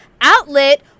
outlet